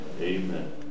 Amen